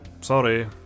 Sorry